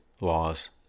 laws